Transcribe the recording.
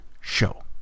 show